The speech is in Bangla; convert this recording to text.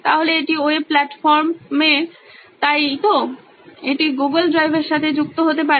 তাহলে এটি ওয়েব প্ল্যাটফর্মে তাই তো এটি গুগল ড্রাইভের সাথে যুক্ত হতে পারে